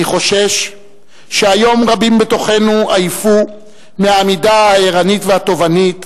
אני חושש שהיום רבים בתוכנו עייפו מהעמידה הערנית והתובענית